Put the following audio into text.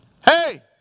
Hey